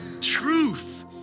truth